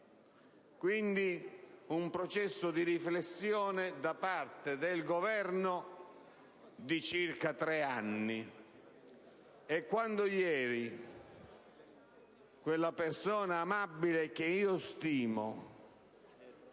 di un processo di riflessione da parte del Governo di circa tre anni) - quella persona amabile, che io stimo,